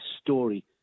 story